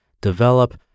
develop